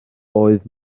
oedd